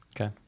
Okay